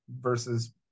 versus